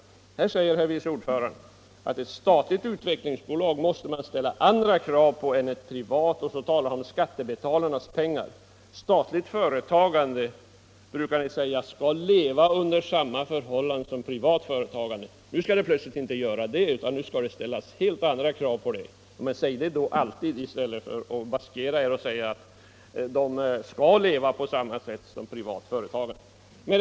Här säger herr vice ordföranden i utskottet att man måste kunna ställa andra krav på ett statligt utvecklingsbolag än på ett privat, och så talar han om skattebetalrnas pengar. Annars brukar vi säga att statligt företagande skall leva under samma förhållanden som privat företagande, men nu skall det plötsligt inte vara så längre, utan nu skall det ställas helt andra krav på det statliga företagandet. Men säg det i så fall alltid i stället för att ibland maskera det genom att säga att de statliga företagen skall leva på samma sätt som de privata företagen.